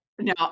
No